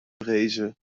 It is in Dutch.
vrezen